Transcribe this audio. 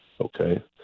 Okay